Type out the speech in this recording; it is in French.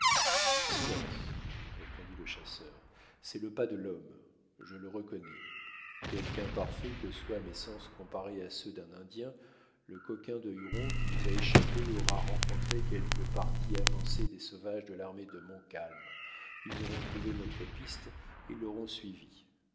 silence répondit le chasseur c'est le pas de l'homme je le reconnais quelque imparfaits que soient mes sens comparés à ceux d'un indien le coquin de huron qui nous a échappé aura rencontré quelque parti avancé des sauvages de l'armée de montcalm ils auront trouvé notre piste et l'auront suivie